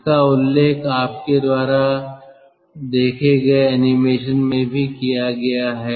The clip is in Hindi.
इसका उल्लेख आपके द्वारा देखे गए एनीमेशन में भी किया गया है